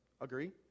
Agree